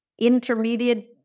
intermediate